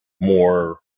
more